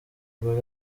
gore